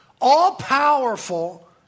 all-powerful